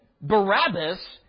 Barabbas